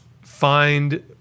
find